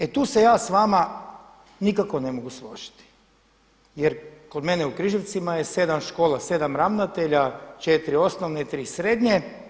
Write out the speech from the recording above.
E, tu se ja s vama nikako ne mogu složiti, jer kod mene u Križevcima je 7 škola, 7 ravnatelja – 4 osnovne i 3 srednje.